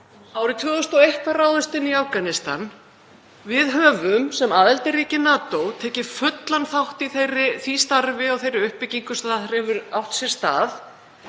Árið 2001 var ráðist inn í Afganistan. Við höfum sem aðildarríki NATO tekið fullan þátt í því starfi og þeirri uppbyggingu sem þar hefur átt sér stað